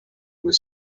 was